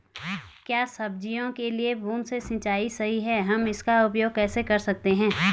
क्या सब्जियों के लिए बूँद से सिंचाई सही है हम इसका उपयोग कैसे कर सकते हैं?